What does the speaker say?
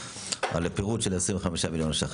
לגבי פירוט של 25 מיליון ש"ח.